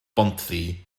bontddu